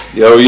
yo